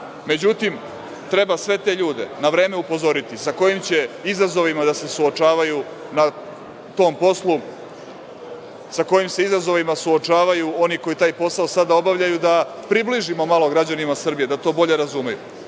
REM-a.Međutim, treba sve te ljude na vreme upozoriti sa kojim će izazovima da se suočavaju na tom poslu, sa kojim se izazovima suočavaju oni koji taj posao sada obavljaju, da približimo malo građanima Srbije da to bolje razumeju. Danas